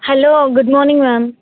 hello good morning ma'am